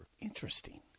Interesting